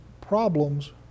problems